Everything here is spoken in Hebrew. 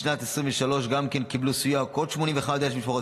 בשנת 2023 קיבלו סיוע עוד 81,000 משפחות,